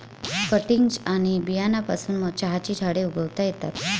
cuttings आणि बियांपासून चहाची झाडे उगवता येतात